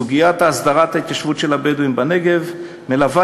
סוגיית הסדרת ההתיישבות של הבדואים בנגב מלווה